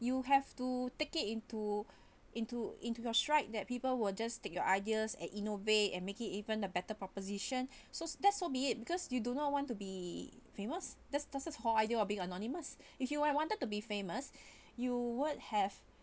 you have to take it into into into your strike that people would just take your ideas and innovate and make it even a better proposition so this will be it because you do not want to be famous this does this whole idea of being anonymous if you I wanted to be famous you would have